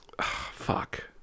Fuck